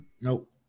Nope